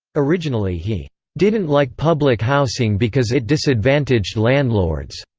originally he didn't like public housing because it disadvantaged landlords.